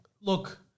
Look